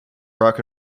rock